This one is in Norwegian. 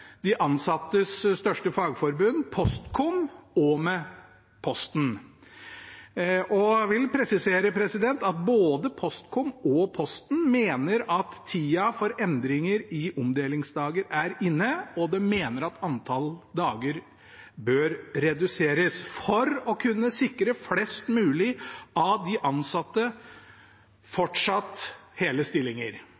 de ansattes største fagforbund, Postkom, og med Posten. Jeg vil presisere at både Postkom og Posten mener at tida for endringer i antall omdelingsdager er inne, og de mener at antall dager bør reduseres for å kunne sikre flest mulig av de ansatte